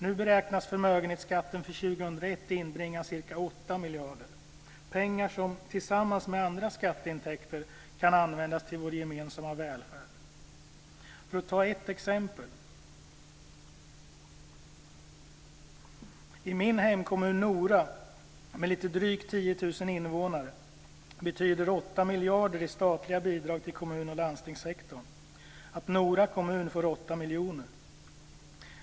Nu beräknas förmögenhetsskatten för år 2001 inbringa ca 8 miljarder. Det är pengar som tillsammans med andra skatteintäkter kan användas till vår gemensamma välfärd. Låt mig ta ett exempel. I min hemkommun Nora med lite drygt 10 000 invånare betyder 8 miljarder i statliga bidrag till kommun och landstingssektorn att Nora kommun får 8 miljoner.